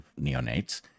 neonates